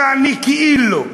יעני כאילו.